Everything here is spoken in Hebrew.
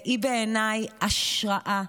היא בעיניי השראה,